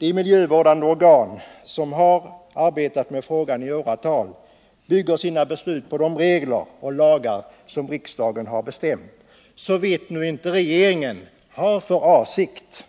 De miljövårdande organ som har arbetat med frågan i åratal bygger sina beslut på de regler och lagar som riksdagen har bestämt. Såvitt nu inte regeringen har för avsikt